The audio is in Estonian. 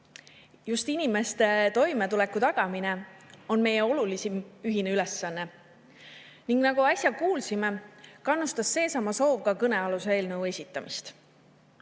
Just inimeste toimetuleku tagamine on meie olulisim ühine ülesanne. Ning nagu äsja kuulsime, kannustas seesama soov ka kõnealuse eelnõu esitamist.